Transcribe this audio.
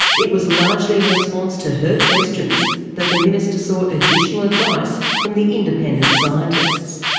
it was largely in response to her questions that the minister sought additional advice from the independent scientists.